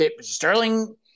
Sterling